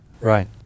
Right